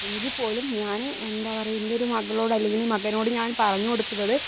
എങ്കിൽപോലും ഞാന് എന്താ പറയുക എൻ്റെയൊരു മകളോട് അല്ലെങ്കില് മകനോട് ഞാൻ പറഞ്ഞു കൊടുക്കുന്നത്